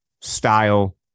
style